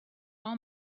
all